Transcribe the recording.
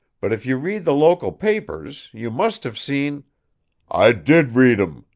but if you read the local papers you must have seen i did read em,